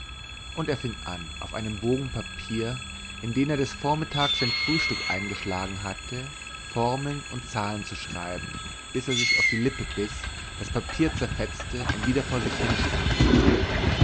und er fing an auf einem bogen papier in den er des vormittags sein frühstück eingeschlagen hatte formeln und zahlen zu schreiben bis er sich auf die lippe biß das papier zerfetzte und wieder vor sich